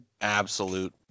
Absolute